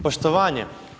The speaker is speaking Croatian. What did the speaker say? Poštovanje.